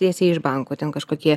tiesiai iš banko ten kažkokie